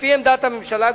לפי עמדת הממשלה,